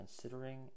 considering